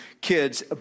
kids